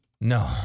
No